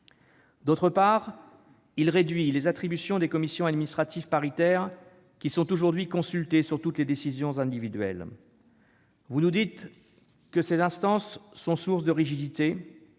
D'autre part, il réduit les attributions des commissions administratives paritaires, qui sont aujourd'hui consultées sur toutes les décisions individuelles. Vous nous dites que ces instances sont source de rigidité,